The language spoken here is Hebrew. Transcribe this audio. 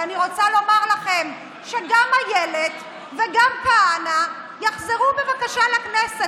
ואני רוצה לומר לכם שגם אילת וגם כהנא יחזרו בבקשה לכנסת.